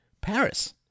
Paris